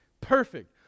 perfect